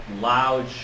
loud